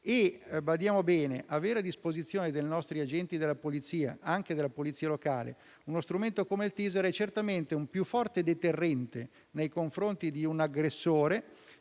Badiamo bene: avere a disposizione dei nostri agenti della Polizia, anche della Polizia locale, uno strumento come il *taser* è certamente un deterrente più forte nei confronti di un aggressore,